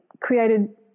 created